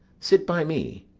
sit by me.